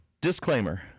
disclaimer